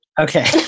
Okay